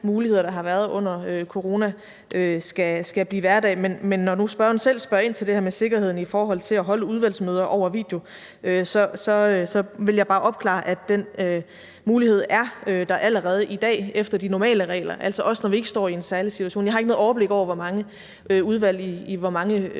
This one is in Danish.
muligheder, der har været under coronaen, skal blive hverdag. Men når spørgeren nu selv spørger ind til det her med sikkerheden i forhold til at holde udvalgsmøder over video, vil jeg bare opklare, at den mulighed allerede er der i dag efter de normale regler, altså også, når vi ikke står i en særlig situation. Jeg har ikke noget overblik over, hvor mange udvalg i hvor mange